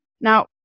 Now